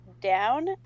down